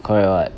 correct [what]